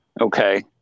okay